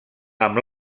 amb